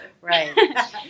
Right